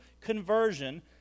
conversion